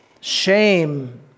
shame